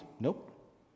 Nope